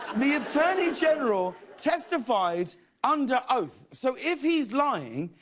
the attorney general testified under oath, so if he is lying,